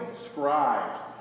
scribes